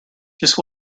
just